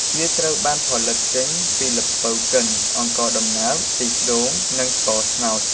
វាត្រូវបានផលិតចេញពីល្ពៅកិន អង្ករដំណើប ខ្ទិះដូង និងស្ករត្នោត។